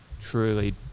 truly